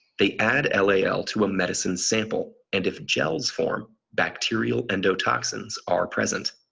they add lal to a medicine sample, and if gels form bacterial endotoxins are present.